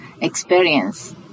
experience